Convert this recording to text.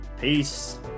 Peace